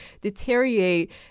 deteriorate